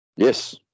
yes